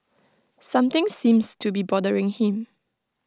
something seems to be bothering him